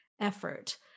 effort